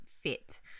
fit